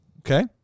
Okay